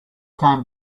came